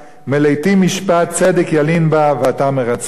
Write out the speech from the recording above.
"מלאתי משפט צדק ילין בה ועתה מרצחים".